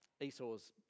Esau's